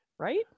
right